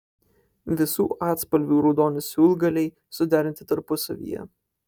visų atspalvių raudoni siūlgaliai suderinti tarpusavyje